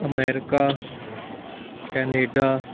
America Canada